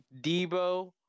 Debo